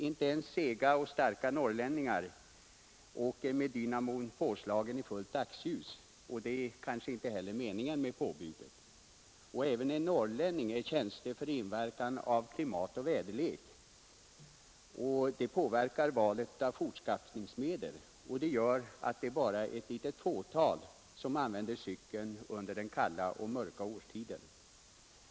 Inte ens sega och starka norrlänningar åker med dynamon påslagen i fullt dagsljus. Det är kanske inte heller meningen med påbudet. Även en norrlänning är känslig för inverkan av klimat och väderlek. Detta påverkar valet av fortskaffningsmedel, vilket gör att det bara är ett litet fåtal som använder cykeln under den kalla och mörka årstiden.